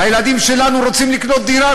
הילדים שלנו רוצים לקנות דירה,